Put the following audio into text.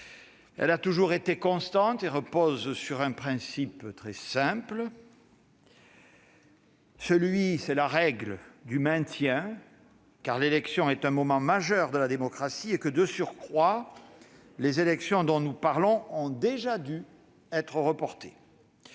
Elle a toujours été constante et repose sur un principe très simple : celui du maintien- c'est la règle -, parce que l'élection est un moment majeur de la démocratie et, de surcroît, les élections en question ont déjà dû être reportées.